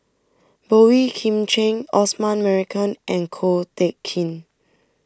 Boey Kim Cheng Osman Merican and Ko Teck Kin